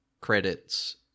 credits